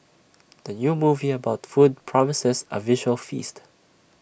the new movie about food promises A visual feast